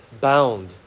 bound